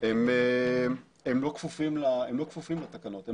הם לא כפופים לתקנות.